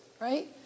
right